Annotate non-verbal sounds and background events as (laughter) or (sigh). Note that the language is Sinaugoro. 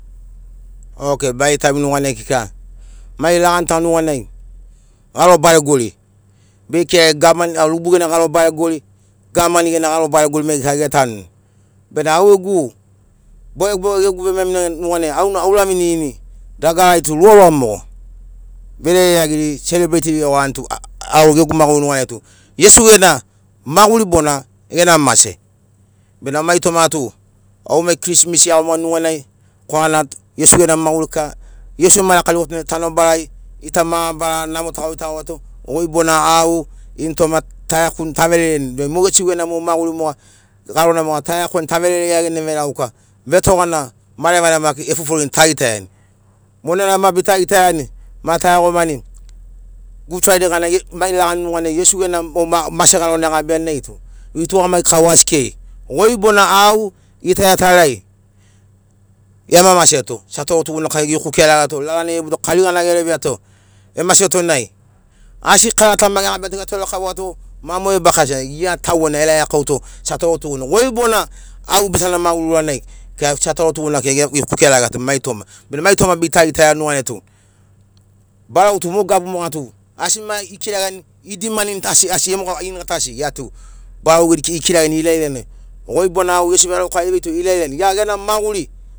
Okei mai taim nuḡanai kika mai laḡani ta nuḡanai ḡaro baregori beḡe kiraḡia gavmani o lubu ḡena ḡaro baregori gavman ḡena ḡaro baregori maiḡeri kika ḡetanuni bena auḡegu boḡeboḡe ḡegu vemamina nuḡanai auna auravinirini dagarari tu ruarua moḡo. Verere iaḡiri selebreitiri ḡeḡorani tu (unintelligible) auḡegu maḡuri nuḡariai tu iesu ḡena maḡuri bona ḡena mase bena mai toma tu au mai krismes iaḡomani nuḡanai korana iesu ḡena maḡuri kika iesu emarakariḡoto nai tanobarai ḡita mabarara namo taḡoitaḡoato ḡoi bona au initoma taiakuni tavereni be mo iesu ḡena mo maḡuri moḡa ḡarona moḡa taiakuan tavere iaḡiani nai vereḡauka vetoḡana marevana maki efoforeni taḡitaiani. Monana ma bita ḡitaiani ma taiaḡomani gud fraide ḡana (unintelligible) mai laḡani nuḡanai iesu ḡena mo ma- mase ḡarona eḡabiani nai tu vituḡamaḡikau asi- kei. Ḡoi bona au ḡita iatarai ḡema maseto satauro tuḡunai kai ḡekuke raḡeto lalana evebubuto kariḡana ḡereveato. Emaseto nai asi karata ma ḡeḡabiato ḡetore kauato mamoe ba karata sena ḡia tauḡena eraḡekauto satauro tuḡunai, ḡoi bona au bitana maḡuri uranai ikirato satauro tuḡunai ḡekuke raḡeato mai toma bena toma bita ḡitaiani nuḡanai tu barau tu mo gabu moḡa tu asi ma ikiragiani, idimani ta asi- asi iomoḡa iniḡa ta asiḡi ḡia tu barau iri- ikiraḡiani ilailanai ḡoi bona au aiḡesi vereḡauka eveito ilaila nai ḡia ḡena maḡuri